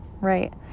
Right